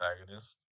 antagonist